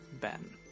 Ben